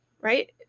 right